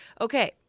okay